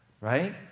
right